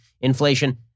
inflation